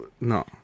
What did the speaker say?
No